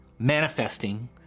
manifesting